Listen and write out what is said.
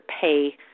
pay